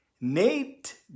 Nate